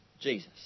Jesus